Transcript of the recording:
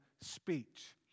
speech